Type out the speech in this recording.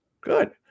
Good